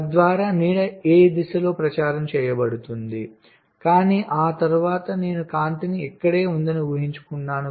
తద్వారా నీడ ఈ దిశలో ప్రచారం చేయబడుతుంది కాని ఆ తరువాత నేను కాంతిని ఇక్కడే ఉందని ఊహించుకున్నాను